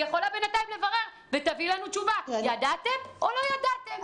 היא יכולה בינתיים לברר ולמסור לנו תשובה: ידעתם או לא ידעתם?